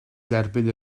derbyn